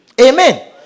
Amen